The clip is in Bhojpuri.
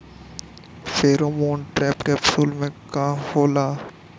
फेरोमोन ट्रैप कैप्सुल में का होला?